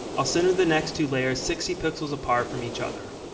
i'll center the next two layers sixty pixels apart from each other.